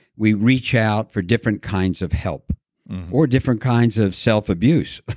we reach out for different kinds of help or different kinds of self-abuse,